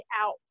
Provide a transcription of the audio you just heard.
out